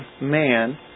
man